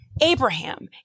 Abraham